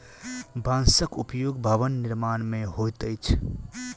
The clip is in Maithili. बांसक उपयोग भवन निर्माण मे होइत अछि